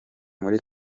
muri